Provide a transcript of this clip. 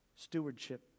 stewardship